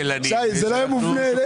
שי, זה לא היה מופנה אליך.